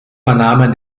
vernahmen